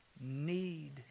need